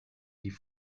die